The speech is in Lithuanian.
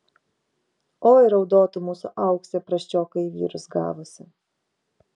oi raudotų mūsų auksė prasčioką į vyrus gavusi